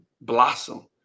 blossom